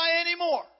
anymore